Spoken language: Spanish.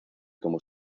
como